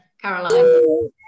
Caroline